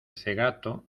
cegato